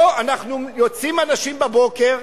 פה יוצאים אנשים בבוקר,